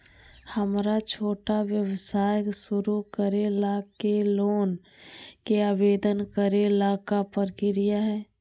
हमरा छोटा व्यवसाय शुरू करे ला के लोन के आवेदन करे ल का प्रक्रिया हई?